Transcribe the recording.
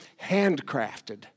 handcrafted